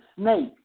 snake